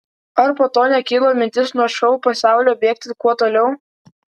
ar po to nekilo mintis nuo šou pasaulio bėgti kuo toliau